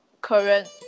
current